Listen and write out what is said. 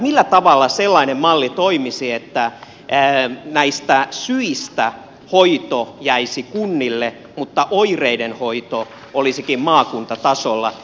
millä tavalla toimisi sellainen malli että syiden hoito jäisi kunnille mutta oireiden hoito olisikin maakuntatasolla